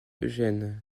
eugène